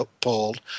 pulled